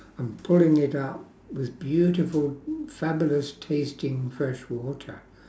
and pulling it up was beautiful fabulous tasting fresh water